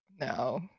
No